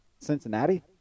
Cincinnati